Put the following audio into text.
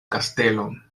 kastelon